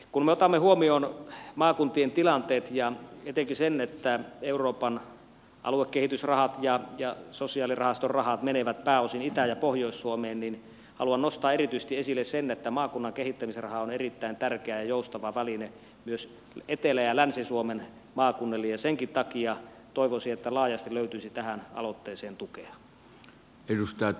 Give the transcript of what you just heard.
kun me otamme huomioon maakuntien tilanteet ja etenkin sen että euroopan aluekehitysrahat ja sosiaalirahaston rahat menevät pääosin itä ja pohjois suomeen niin haluan nostaa esille erityisesti sen että maakunnan kehittämisraha on erittäin tärkeä ja joustava väline myös etelä ja länsi suomen maakunnille ja senkin takia toivoisin että laajasti löytyisi tähän aloitteeseen tukea